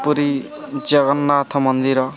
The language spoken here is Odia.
ପୁରୀ ଜଗନ୍ନାଥ ମନ୍ଦିର